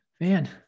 Man